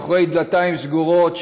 מאחורי דלתיים סגורות,